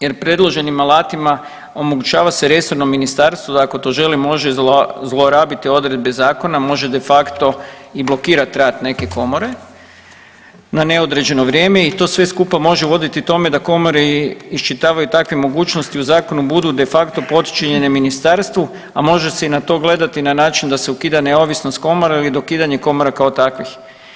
Jer predloženim alatima omogućava se resornom Ministarstvu da ako to želi može zlorabiti odredbe Zakona, može de facto i blokirati rad neke komore na neodređeno vrijeme i to sve skupa može voditi tome da komore iščitavaju takve mogućnosti u zakonu, budu de facto podčinjene Ministarstvu a može se i na to gledati i na način da se ukida neovisnost komora ili dokidanje komora kao takvih.